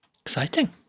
exciting